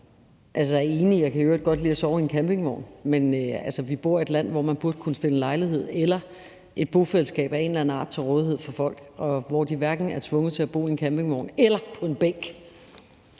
Jeg kan i øvrigt godt lide at sove i en campingvogn, men vi bor altså i et land, hvor man burde kunne stille en lejlighed eller et bofællesskab af en eller anden art til rådighed for folk, så de hverken er tvunget til at bo i en campingvogn eller på en bænk.